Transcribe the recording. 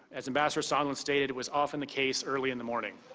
as ambassador sondland stated was often the case early in the morning.